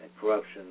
corruption